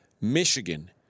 Michigan